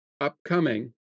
upcoming